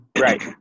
Right